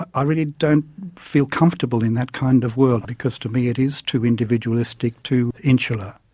i really don't feel comfortable in that kind of world, because to me, it is too individualistic, too insular.